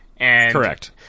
Correct